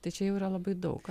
tai čia jau yra labai daug